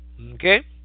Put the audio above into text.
Okay